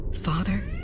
Father